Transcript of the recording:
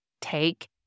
Take